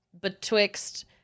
betwixt